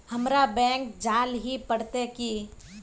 हमरा बैंक जाल ही पड़ते की?